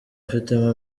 ifitemo